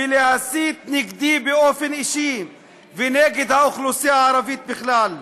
ולהסית נגדי באופן אישי ונגד האוכלוסייה הערבית בכלל.